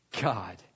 God